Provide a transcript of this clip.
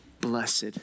blessed